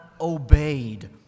obeyed